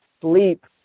sleep